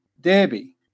Debbie